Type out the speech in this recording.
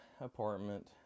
Apartment